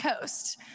Coast